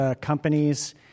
companies